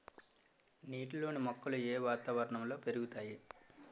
నీటిలోని మొక్కలు ఏ వాతావరణంలో పెరుగుతాయి?